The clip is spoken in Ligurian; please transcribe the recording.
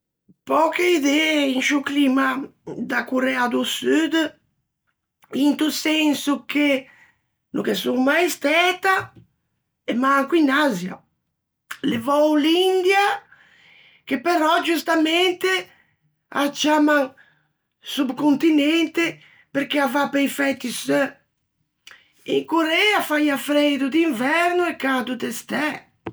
Pöche idee in sciô climma da Corea do Sud, into senso che no ghe son mai stæta e manco in Asia, levou l'India, che però giustamente â ciamman sub-continente, perché a va pe-i fæti seu. In Corea faià freido d'inverno e cado d'estæ.